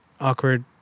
awkward